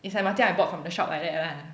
it's like macam I bought from the shop like that lah